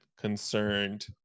concerned